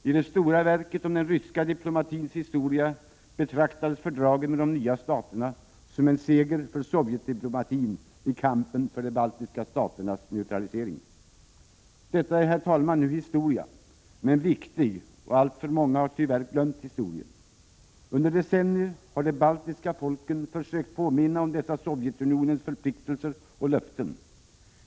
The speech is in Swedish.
I det stora verket om den ryska diplomatins historia betraktades fördragen med de nya staterna som ”en stor seger för sovjetdiplomatin i kampen för de baltiska staternas neutralisering”. Detta är nu historia, herr talman, men viktig och av alltför många tyvärr glömd historia. Under decennier har de baltiska folket försökt påminna om dessa Sovjetunionens förpliktelser och löften.